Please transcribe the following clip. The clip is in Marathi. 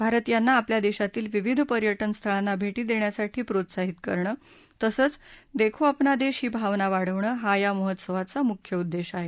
भारतीयांना आपल्या देशातील विविध पर्यटन स्थळांना भेटी देण्यासाठी प्रोत्साहित करणं तसंच देखो अपना देश ही भावना वाढवणं हा या महोत्सवाचा मुख्य उद्देश आहे